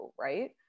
right